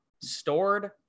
stored